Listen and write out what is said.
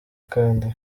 kandi